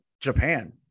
Japan